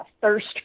thirst